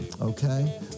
Okay